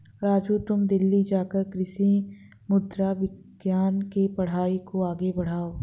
राजू तुम दिल्ली जाकर कृषि मृदा विज्ञान के पढ़ाई को आगे बढ़ाओ